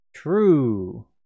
True